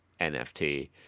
NFT